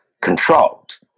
controlled